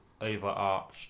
overarched